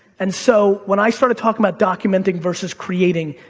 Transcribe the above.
and so, when i started talking about documenting versus creating,